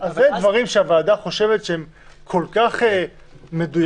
זה דברים שהוועדה חושבת שהם כל כך מדויקים.